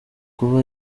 kuba